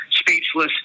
Speechless